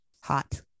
hot